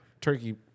turkey